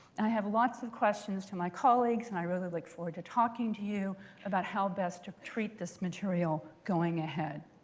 i have lots of questions to my colleagues, and i really look forward to talking to you about how best to treat this material going ahead.